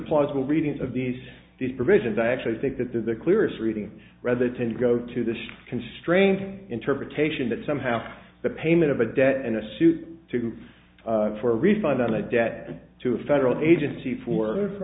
plausible readings of these these provisions i actually think that the clearest reading rather tend to go to this constrain interpretation that somehow the payment of a debt and a suit to a refund on a debt to a federal agency for